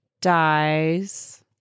dies